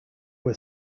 were